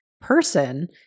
person